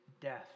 death